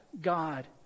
God